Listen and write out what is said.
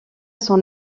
son